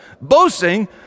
boasting